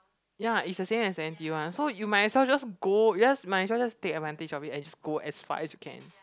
ya is the same as N_T_U one so you might as well just go just might as well just take advantage of it and you just go as far as you can